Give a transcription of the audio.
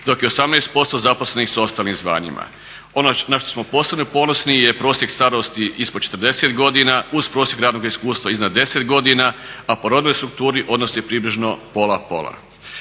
Dok je 18% zaposlenih sa ostalim zvanjima. Ono na što smo posebno ponosni je prosjek starosti ispod 40 godina uz prosjek radnoga iskustva iznad 10 godina a po rodnoj strukturi odnos je približno pola pola.